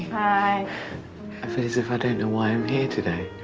i feel as if i don't know why i'm here today,